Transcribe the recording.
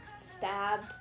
stabbed